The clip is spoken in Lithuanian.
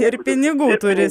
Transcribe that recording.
ir pinigų turi